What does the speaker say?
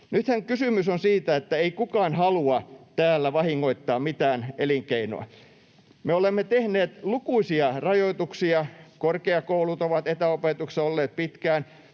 Nythän kysymys on siitä, että ei kukaan halua täällä vahingoittaa mitään elinkeinoa. Me olemme tehneet lukuisia rajoituksia, korkeakoulut ovat etäopetuksessa olleet pitkään,